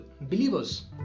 believers